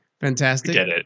fantastic